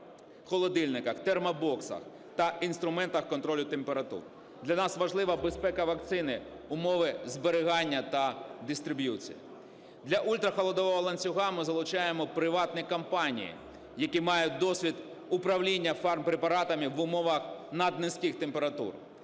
холодильниках, термобоксах та інструментах контролю температур. Для нас важлива безпека вакцини, умови зберігання та дистриб'юції. Для ультрахолодового ланцюга ми залучаємо приватні компанії, які мають досвід управління фармпрепаратами в умовах наднизьких температур,